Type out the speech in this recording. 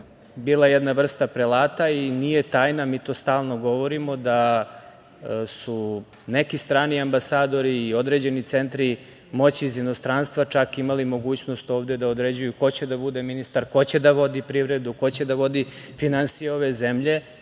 bila neka vrsta prelata i nije tajna, mi to stalno govorimo, da su neki strani ambasadori i određeni centri moći iz inostranstva čak imali mogućnost ovde da određuju ko će da bude ministar, ko će da vodi privredu, ko će da vodi finansije ove zemlje.